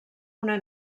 una